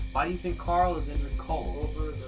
why do you think karl is indrid cold?